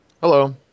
Hello